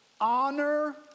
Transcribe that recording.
Honor